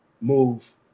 move